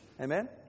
Amen